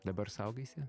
dabar saugaisi